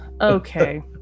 Okay